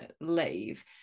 leave